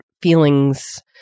feelings